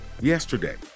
yesterday